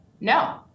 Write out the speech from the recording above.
no